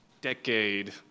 decade